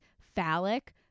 phallic